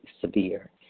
severe